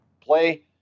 play